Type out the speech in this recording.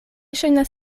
ŝajnas